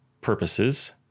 purposes